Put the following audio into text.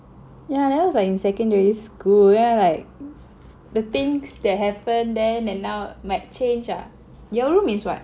yeah that was like in secondary school then I am like the things that happened then and now might change ah your room is what